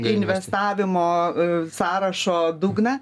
investavimo sąrašo dugną